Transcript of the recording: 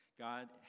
God